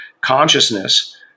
consciousness